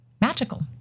magical